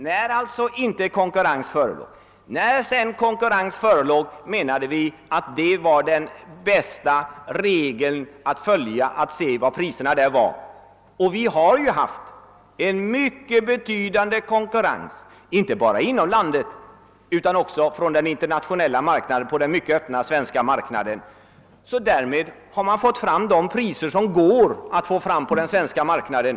Men när det fanns konkurrens ansåg vi den bästa regeln vara att bara följa utvecklingen och se hurudana priserna blev. Det har ju rått en mycket betydande konkurrens inte bara inom landet utan också från den internationella marknaden, som Sverige ligger mycket öppet för. På denna väg har vi fått fram de bästa priser, som man har kunnat åstadkomma på den svenska marknaden.